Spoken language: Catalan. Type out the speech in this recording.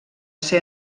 ser